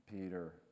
Peter